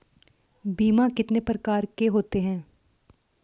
बीमा कितने प्रकार के होते हैं?